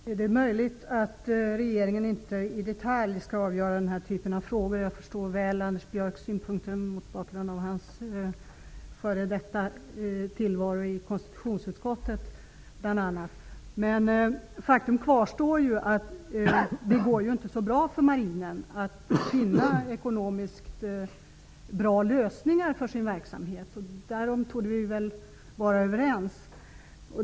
Herr talman! Det är möjligt att regeringen inte i detalj skall avgöra den här typen av frågor. Jag förstår Anders Björcks synpunkter väl mot bakgrund av hans tidigare erfarenhet från bl.a. Faktum kvarstår: Det går inte så bra för Marinen att finna ekonomiskt bra lösningar för sin verksamhet. Därom torde vi vara överens.